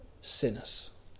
sinners